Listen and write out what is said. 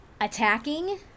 attacking